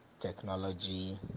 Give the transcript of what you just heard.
technology